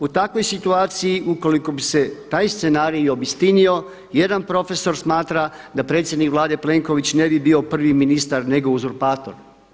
U takvoj situaciji ukoliko bi se taj scenarij obistinio, jedan profesor smatra da predsjednik Vlade Plenković ne bi bio prvi ministar nego uzurpator.